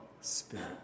Spirit